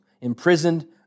imprisoned